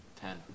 Ten